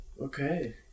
Okay